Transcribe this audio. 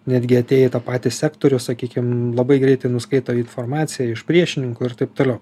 netgi atėję į tą patį sektorių sakykim labai greitai nuskaito informaciją iš priešininkų ir taip toliau